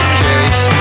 case